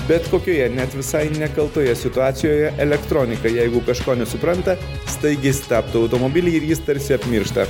bet kokioje net visai nekaltoje situacijoje elektronika jeigu kažko nesupranta staigiai stabdo automobilį ir jis tarsi apmiršta